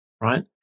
right